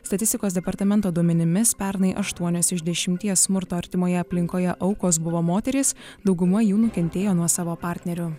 statistikos departamento duomenimis pernai aštuonios iš dešimties smurto artimoje aplinkoje aukos buvo moterys dauguma jų nukentėjo nuo savo partnerio